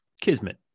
Kismet